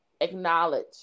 acknowledge